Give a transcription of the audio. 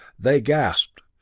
they gasped,